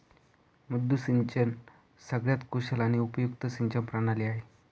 मुद्दू सिंचन सगळ्यात कुशल आणि उपयुक्त सिंचन प्रणाली आहे